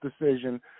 decision